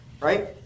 right